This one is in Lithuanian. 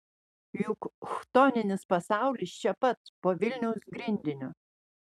juk chtoninis pasaulis čia pat po vilniaus grindiniu